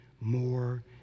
more